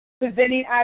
presenting